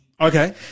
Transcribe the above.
Okay